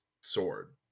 sword